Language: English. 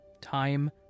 Time